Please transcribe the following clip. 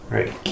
Right